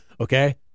okay